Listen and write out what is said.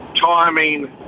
timing